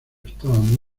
estaban